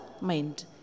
mind